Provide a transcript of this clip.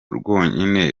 rwonyine